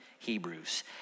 Hebrews